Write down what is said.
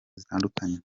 zitandukanye